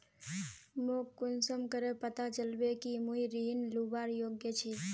मोक कुंसम करे पता चलबे कि मुई ऋण लुबार योग्य छी?